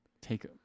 take